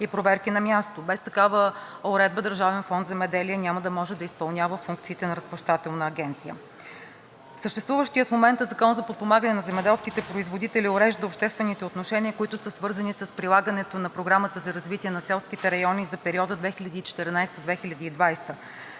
и проверки на място. Без такава уредба Държавен фонд „Земеделие“ няма да може да изпълнява функциите на разплащателна агенция. Съществуващият в момента Закон за подпомагане на земеделските производители урежда обществените отношения, които са свързани с прилагането на Програмата за развитие на селските райони за периода 2014 – 2020